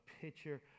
picture